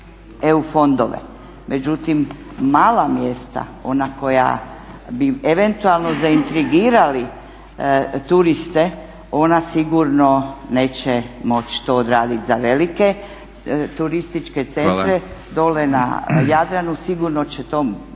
Međutim, mala mjesta ona koja bi eventualno zaintrigirali turiste ona sigurno neće moći to odraditi za velike turističke centre … …/Upadica Batinić: